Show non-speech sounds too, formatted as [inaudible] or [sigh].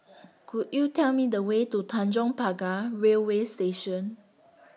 [noise] Could YOU Tell Me The Way to Tanjong Pagar Railway Station